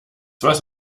was